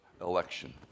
election